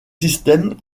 systèmes